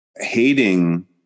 hating